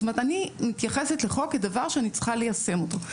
זאת אומרת אני מתייחסת לחוק כדבר שאני צריכה ליישם אותו,